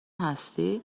هستی